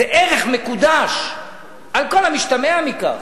זה ערך מקודש על כל המשתמע מכך.